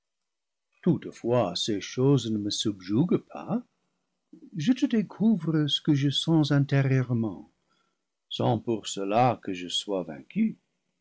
toutefois ces choses ne me subjuguent pas je te découvre ce que je sens intérieurement sans pour cela que je sois vaincu